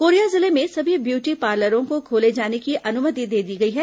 Korea जिले में सभी ब्यूटी पार्लरों को खोले जाने की अनुमति दे दी गई है